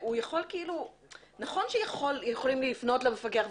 נכון שיכולים לפנות למפקח,